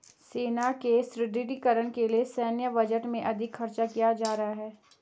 सेना के सुदृढ़ीकरण के लिए सैन्य बजट में अधिक खर्च किया जा रहा है